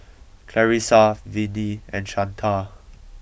Clarissa Vinnie and Shanta